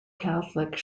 catholic